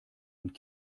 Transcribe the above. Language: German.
und